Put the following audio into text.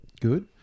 good